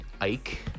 ike